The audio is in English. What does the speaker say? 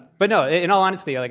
but no, in all honesty, like,